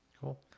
cool